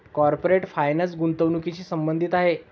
corporate finance गुंतवणुकीशी संबंधित आहे